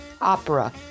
opera